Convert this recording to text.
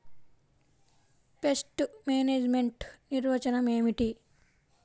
Pest management నిర్వచనం ఏమిటి?